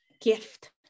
gift